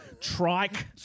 Trike